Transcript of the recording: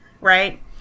right